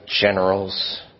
generals